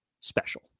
special